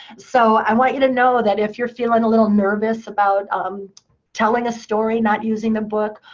so i want you to know that if you're feeling a little nervous about um telling a story, not using the book,